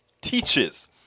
teaches